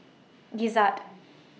Gizzard